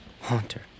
Haunter